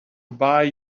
buy